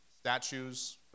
statues